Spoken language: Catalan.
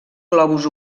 globus